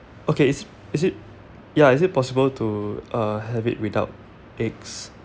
okay is it is it ya is it possible to uh have it without eggs